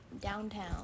downtown